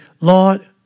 Lord